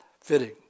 fitting